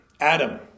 Adam